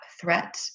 threat